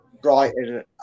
Brighton